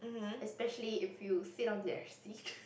especially if you sit on their seats